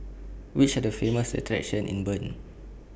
Which Are The Famous attractions in Bern